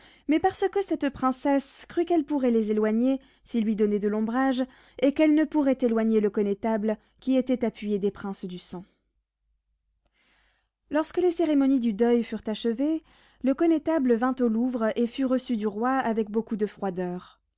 mais parce que cette princesse crut qu'elle pourrait les éloigner s'ils lui donnaient de l'ombrage et qu'elle ne pourrait éloigner le connétable qui était appuyé des princes du sang lorsque les cérémonies du deuil furent achevées le connétable vint au louvre et fut reçu du roi avec beaucoup de froideur